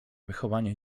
wychowanie